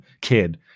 kid